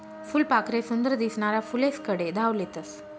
फुलपाखरे सुंदर दिसनारा फुलेस्कडे धाव लेतस